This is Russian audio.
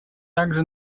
также